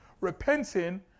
repenting